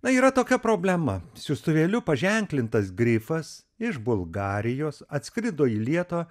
na yra tokia problema siųstuvėliu paženklintas grifas iš bulgarijos atskrido į lietuvą